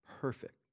Perfect